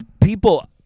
people